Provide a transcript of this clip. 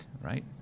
right